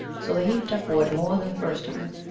so they heaped up wood more than the first time,